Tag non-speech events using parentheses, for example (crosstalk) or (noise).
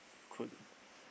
you could (breath)